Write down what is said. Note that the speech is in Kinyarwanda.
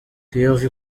kiyovu